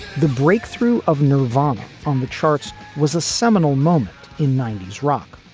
the breakthrough of nirvana on the charts was a seminal moment in ninety s rock,